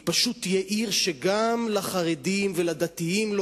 אלא היא פשוט תהיה עיר שגם לחרדים ולדתיים לא